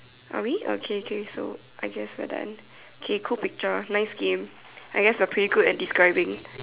are we okay okay so I guess we're done okay cool picture nice game I guess we're pretty good at describing